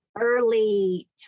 early